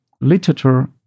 literature